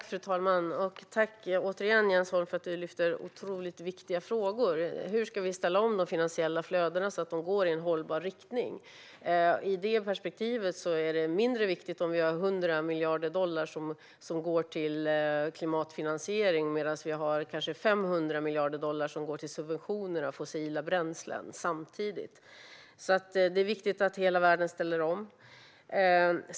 Fru talman! Jag tackar återigen Jens Holm för att han lyfter fram otroligt viktiga frågor. Hur ska vi ställa om de finansiella flödena så att de går i en hållbar riktning? I det perspektivet är det mindre viktigt om vi har 100 miljarder dollar som går till klimatfinansiering, när vi samtidigt kanske har 500 miljarder dollar som går till subventioner av fossila bränslen. Det är viktigt att hela världen ställer om.